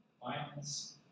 violence